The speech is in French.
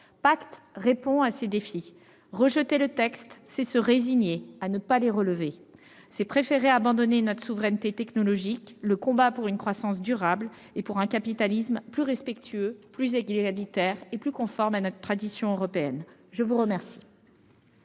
Pacte répond à ces défis. Le rejeter, ce serait se résigner à ne pas les relever ; ce serait préférer abandonner notre souveraineté technologique, le combat pour une croissance durable et pour un capitalisme plus respectueux, plus égalitaire et plus conforme à notre tradition européenne ! La parole